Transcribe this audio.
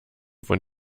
von